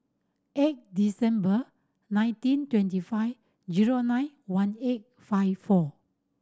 eight December nineteen twenty five zero nine one eight five four